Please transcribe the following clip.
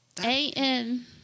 A-N